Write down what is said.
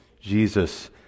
Jesus